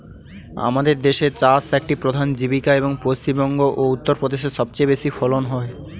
আমাদের দেশে চাষ একটি প্রধান জীবিকা, এবং পশ্চিমবঙ্গ ও উত্তরপ্রদেশে সবচেয়ে বেশি ফলন হয়